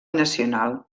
nacional